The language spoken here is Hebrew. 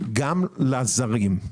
גם לזרים.